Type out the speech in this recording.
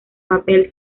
papel